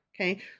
Okay